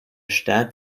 staat